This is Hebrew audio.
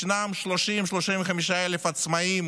ישנם 30,000 35,000 עצמאים